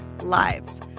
lives